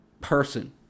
person